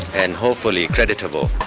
and hopefully creditable.